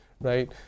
right